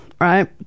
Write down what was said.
right